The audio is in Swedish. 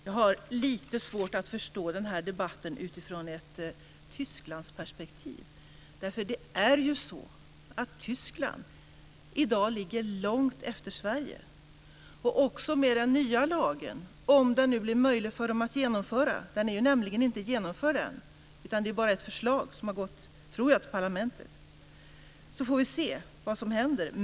Fru talman! Jag har lite svårt att förstå den här debatten utifrån ett Tysklandsperspektiv. Tyskland ligger i dag långt efter Sverige. Om det blir möjligt att införa den nya lagen i Tyskland - den är nämligen inte införd ännu, utan det är bara ett förslag som har lagts fram för parlamentet - får vi se vad som händer.